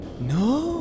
No